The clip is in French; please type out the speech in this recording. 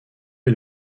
est